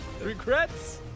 regrets